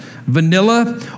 Vanilla